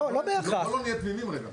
בוא לא נהיה תמימים רגע.